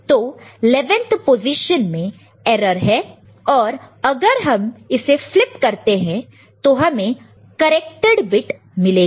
तो 11th position में error है और अगर हम इसे फ्लिप करते हैं तो हमें करेक्टेड बिट मिलेगा